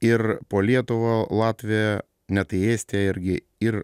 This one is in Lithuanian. ir po lietuvą latviją net į estijąz irgi ir